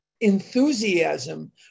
enthusiasm